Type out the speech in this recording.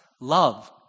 love